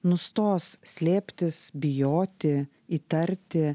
nustos slėptis bijoti įtarti